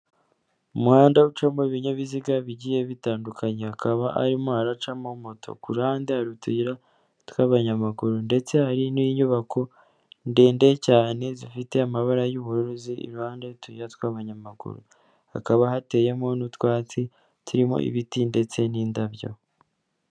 Umuhanda ucamo ibinyabiziga bigiye bitandukanye hakaba harimo haracamo moto ku ruhande hari utuyira tw'abanyamaguru ndetse hari n'inyubako ndende cyane zifite amabara y'ubucuruzi iruhande utuyira tw'abanyamaguru hakaba hateyemo n'utwatsi turimo ibiti ndetse n'indabyo.